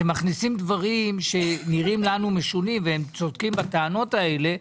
אתם מכניסים דברים שנראים לנו משונים והם צודקים בטענות שלהם.